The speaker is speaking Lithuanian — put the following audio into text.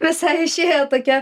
visai išėjo tokia